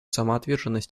самоотверженность